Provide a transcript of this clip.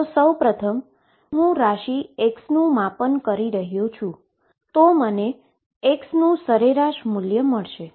તો ચાલો જોઈએ કે જો હું ક્વોન્ટીટી x નું મેઝરમેન્ટ કરી રહ્યો છું તો મને એવરેજ વેલ્યુ x મળશે